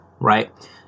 right